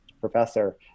professor